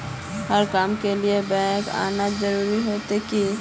हर काम के लिए बैंक आना जरूरी रहते की?